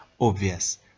obvious